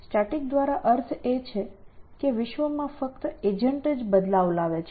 static દ્વારા અર્થ એ છે કે વિશ્વમાં ફક્ત એજન્ટ જ બદલાવ લાવે છે